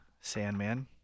Sandman